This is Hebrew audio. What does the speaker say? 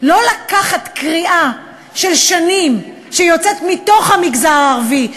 לא לקחת קריאה של שנים שיוצאת מתוך המגזר הערבי,